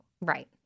Right